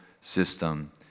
system